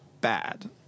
bad